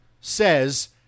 says